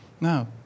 No